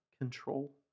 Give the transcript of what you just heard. control